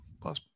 plus